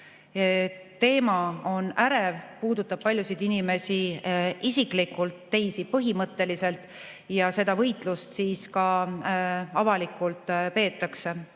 Teema on ärev, puudutab paljusid inimesi isiklikult, teisi põhimõtteliselt, ja seda võitlust siis ka avalikult peetakse.